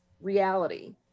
reality